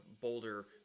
boulder